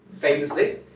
famously